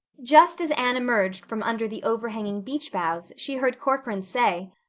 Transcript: just as anne emerged from under the overhanging beech boughs she heard corcoran say,